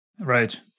Right